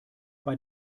bei